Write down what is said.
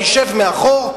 ותשב מאחור,